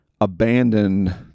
abandon